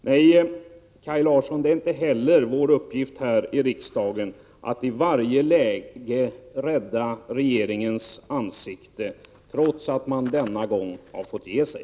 Nej, Kaj Larsson, det är inte heller vår uppgift här i riksdagen att i varje läge rädda regeringens ansikte, trots att man denna gång har fått ge sig.